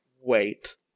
Wait